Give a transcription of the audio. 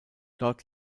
dort